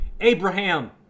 Abraham